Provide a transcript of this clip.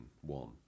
one